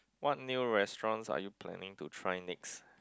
what new restaurants are you planning to try next